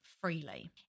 freely